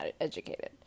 educated